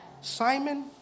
Simon